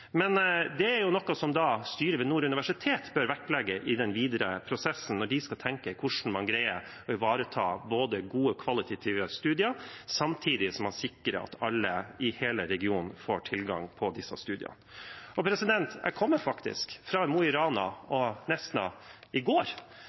den videre prosessen når de skal tenke på hvordan man skal greie å ivareta gode kvalitative studier samtidig som man sikrer at alle i hele regionen får tilgang på studiene. Jeg kom faktisk fra Mo i Rana